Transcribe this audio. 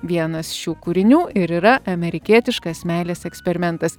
vienas šių kūrinių ir yra amerikietiškas meilės eksperimentas